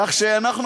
כך שאנחנו,